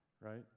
right